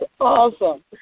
awesome